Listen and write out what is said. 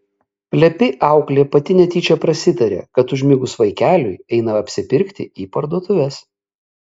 plepi auklė pati netyčia prasitarė kad užmigus vaikeliui eina apsipirkti į parduotuves